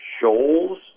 shoals